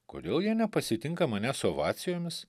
kodėl jie nepasitinka manęs su ovacijomis